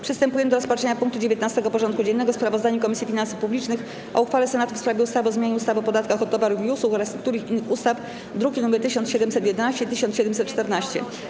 Przystępujemy do rozpatrzenia punktu 19. porządku dziennego: Sprawozdanie Komisji Finansów Publicznych o uchwale Senatu w sprawie ustawy o zmianie ustawy o podatku od towarów i usług oraz niektórych innych ustaw (druki nr 1711 i 1714)